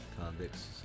convicts